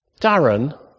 Darren